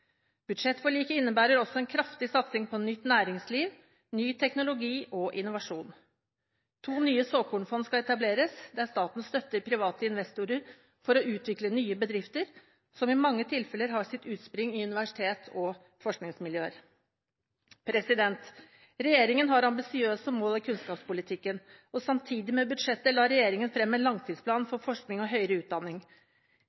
Budsjettforliket innebærer også en kraftig satsing på nytt næringsliv, ny teknologi og innovasjon. To nye såkornfond skal etableres, der staten støtter private investorer for å utvikle nye bedrifter, som i mange tilfeller har sitt utspring i universitets- og forskningsmiljøer. Regjeringen har ambisiøse mål i kunnskapspolitikken, og samtidig med budsjettet la regjeringen frem en langtidsplan